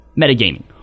metagaming